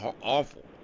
awful